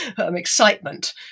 excitement